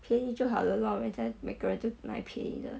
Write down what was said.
便宜就好了 lor 人家每个人就买便宜的